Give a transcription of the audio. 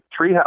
treehouse